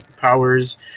powers